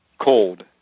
cold